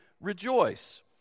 rejoice